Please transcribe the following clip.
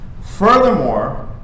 Furthermore